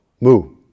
Mu